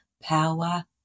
power